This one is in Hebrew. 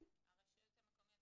הרשויות המקומיות?